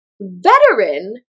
veteran